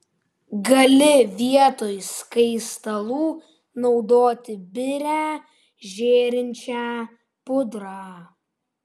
gali vietoj skaistalų naudoti birią žėrinčią pudrą